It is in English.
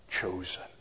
chosen